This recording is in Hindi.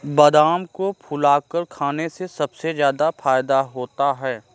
बादाम को फुलाकर खाने से सबसे ज्यादा फ़ायदा होता है